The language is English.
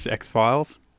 X-Files